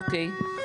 אוקיי.